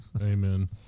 amen